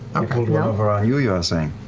um pulled one over on you, you are saying?